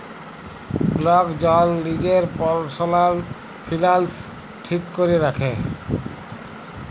lock জল লিজের পারসলাল ফিলালস ঠিক ক্যরে রাখে